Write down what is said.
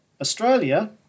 Australia